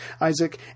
Isaac